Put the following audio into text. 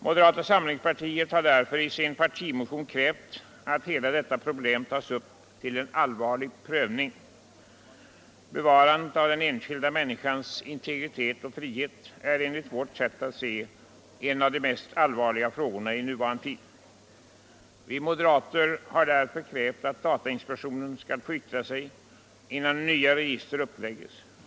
Moderata samlingspartiet har därför i sin partimotion krävt att hela detta problem tas upp till allvarlig prövning. Bevarandet av den enskilda människans integritet och frihet är enligt vårt sätt att se en av de mest allvarliga frågorna i nuvarande tid. Vi moderater har därför krävt att datainspektionen skall få yttra sig innan nya regiswer uppläggs.